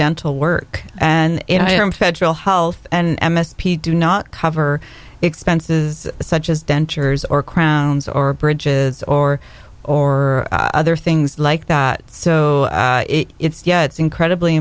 dental work and i am federal health and m s p do not cover expenses such as dentures or crowns or bridges or or other things like that so it's yeah it's incredibly